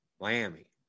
Miami